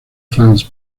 france